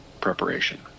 preparation